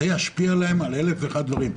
זה ישפיע עליהם על אלף ואחד דברים.